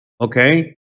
okay